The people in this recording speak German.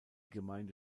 gemeinde